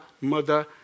mother